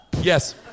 Yes